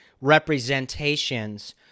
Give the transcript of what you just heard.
representations